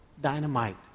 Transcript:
dynamite